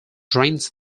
drains